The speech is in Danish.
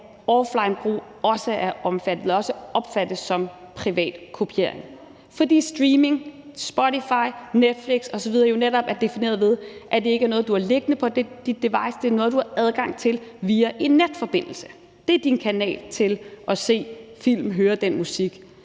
er omfattet og også opfattes som privat kopiering, fordi streaming – Spotify, Netflix osv. – jo netop er defineret ved, at det ikke er noget, du har liggende på dit device, men at det er noget, du har adgang til via en netforbindelse. Det er din kanal til at se film og høre musik.